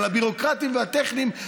אבל הביורוקרטים והטכניים,